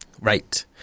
Right